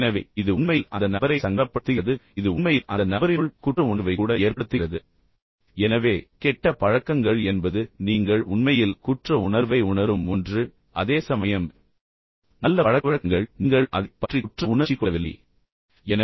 எனவே இது உண்மையில் அந்த நபரை சங்கடப்படுத்துகிறது இது உண்மையில் அந்த நபரினுள் குற்ற உணர்வை கூட ஏற்படுத்துகிறது எனவே கெட்ட பழக்கங்கள் என்பது நீங்கள் உண்மையில் குற்ற உணர்வை உணரும் ஒன்று அதேசமயம் நல்ல பழக்கவழக்கங்கள் நீங்கள் அதைப் பற்றி குற்ற உணர்ச்சி கொள்ளவில்லை இப்போது மூன்றாவது கொள்கையைப் பாருங்கள் எந்தவொரு கெட்ட பழக்கத்தையும் நீண்ட காலத்திற்கு மறைக்க முடியாது